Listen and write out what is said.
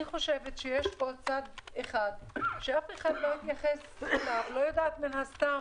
אני חושבת שיש פה צד אחד שאף אחד לא התייחס אליו ואינני יודעת מדוע,